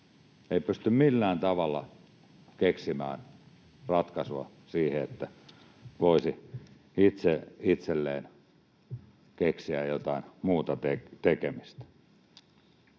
ei pysty millään tavalla keksimään ratkaisua niin, että voisi itse itselleen keksiä jotain muuta tekemistä.